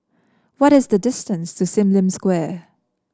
what is the distance to Sim Lim Square